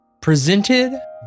presented